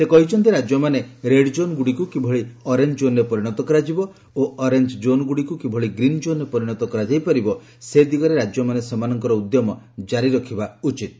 ସେ କହିଛନ୍ତି ରାଜ୍ୟମାନେ ରେଡ୍ଜୋନ୍ଗୁଡ଼ିକୁ କିଭଳି ଅରେଞ୍ଜ ଜୋନ୍ରେ ପରିଣତ କରାଯିବ ଓ ଅରେଞ୍ଜ କୋନ୍ଗୁଡ଼ିକୁ କିଭଳି ଗ୍ରୀନ୍ କୋନ୍ରେ ପରିଣତ କରାଯାଇ ପାରିବ ସେ ଦିଗରେ ରାଜ୍ୟମାନେ ସେମାନଙ୍କର ଉଦ୍ୟମ ଜାରି ରଖିବା ଉଚିତ୍